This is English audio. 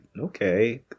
okay